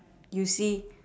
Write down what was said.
you see